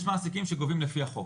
יש מעסיקים שגובים לפי החוק.